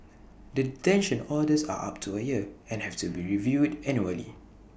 the detention orders are up to A year and have to be reviewed annually